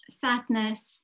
sadness